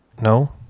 no